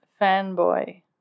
fanboy